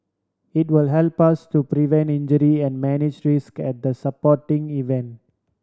it will help us to prevent injury and manage risk at the sporting event